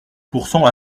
pourcent